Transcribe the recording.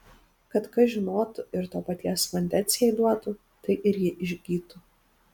kad kas žinotų ir to paties vandens jai duotų tai ir ji išgytų